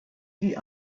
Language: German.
die